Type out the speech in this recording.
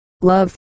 Love